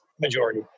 majority